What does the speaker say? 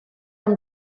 amb